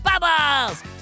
Bubbles